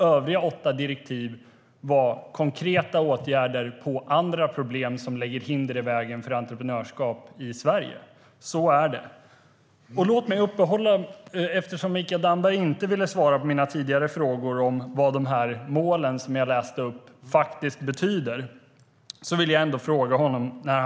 Övriga åtta direktiv gällde konkreta åtgärder på andra problem som lägger hinder i vägen för entreprenörskap i Sverige. Så är det. Eftersom Mikael Damberg inte ville svara på mina tidigare frågor om vad målen faktiskt betyder vill jag ändå ställa en fråga till honom.